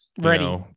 ready